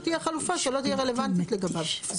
יהיה חלופה שלא תהיה רלוונטית לגביו.